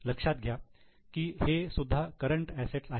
लक्षात घ्या की हे सुद्धा करंट असेट्स आहेत